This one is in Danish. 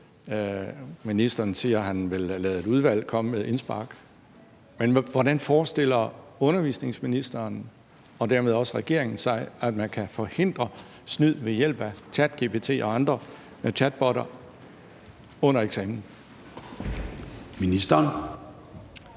Ministeren siger, at han vil lade et udvalg komme med et indspark. Men hvordan forestiller undervisningsministeren og dermed også regeringen sig at man kan forhindre snyd ved hjælp af ChatGPT og andre chatbotter under eksamen?